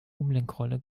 umlenkrolle